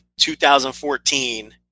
2014